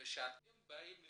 וכשאתם באים לקנות,